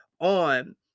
on